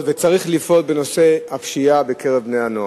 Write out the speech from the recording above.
וצריך לפעול בהם בנושא הפשיעה בקרב בני-הנוער.